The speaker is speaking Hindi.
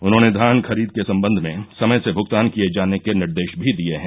उन्होंने धान खरीद के सम्बन्ध में समय से भुगतान किये जाने के निर्देश भी दिये हैं